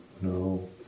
no